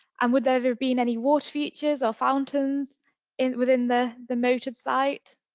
and would there ever been any water features or fountains within the the moated site?